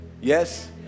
Yes